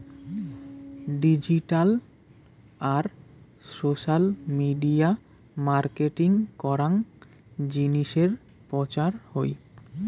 digital আর social media marketing করাং জিনিসের প্রচার হই